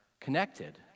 connected